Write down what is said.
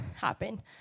happen